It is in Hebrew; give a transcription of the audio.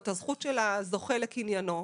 של הזוכה לקניינו,